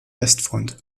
westfront